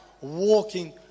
walking